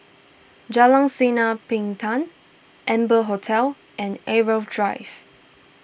Jalan Sinar Bintang Amber Hotel and Irau Drive